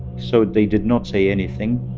so they did not say anything